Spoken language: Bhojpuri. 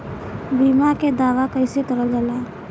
बीमा के दावा कैसे करल जाला?